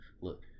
Look